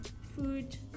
food